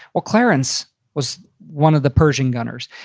ah clarence was one of the pershing gunners.